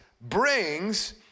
brings